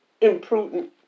imprudent